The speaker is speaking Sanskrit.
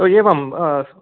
ओ एवम् अ सम्यक्